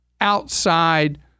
outside